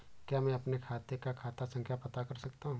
क्या मैं अपने खाते का खाता संख्या पता कर सकता हूँ?